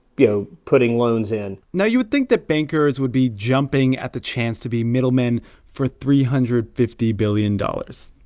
you know, putting loans in now, you would think that bankers would be jumping at the chance to be middlemen for three hundred and fifty billion dollars.